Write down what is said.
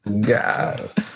God